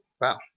wow